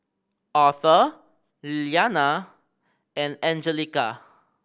Aurthur Lilyana and Anjelica